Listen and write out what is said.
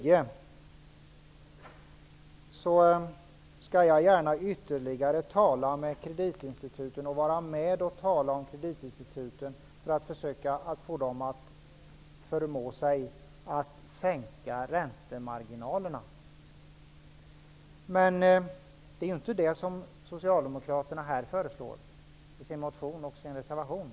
Jag skall gärna tala ytterligare med kreditinstituten och försöka förmå dem att minska räntemarginalerna. Men det är inte det som Socialdemokraterna föreslår i sin motion och sin reservation.